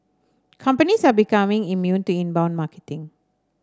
companies are becoming immune to inbound marketing